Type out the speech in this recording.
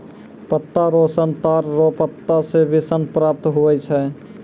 पत्ता रो सन ताड़ रो पत्ता से भी सन प्राप्त हुवै छै